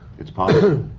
it's possible.